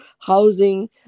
housing